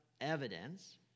evidence